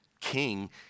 king